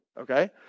okay